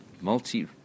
multi